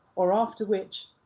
or after which